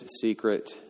Secret